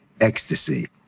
Ecstasy